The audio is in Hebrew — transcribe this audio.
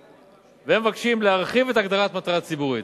והם מבקשים להרחיב את הגדרת "מטרה ציבורית"